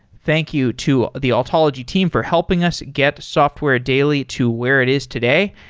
thank you to the altology team for helping us get software daily to where it is today,